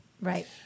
Right